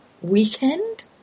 weekend